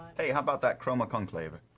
hey, how about that chroma conclave,